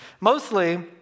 Mostly